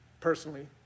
personally